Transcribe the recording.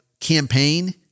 campaign